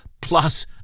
plus